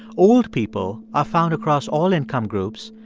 old people are found across all income groups,